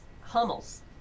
Hummels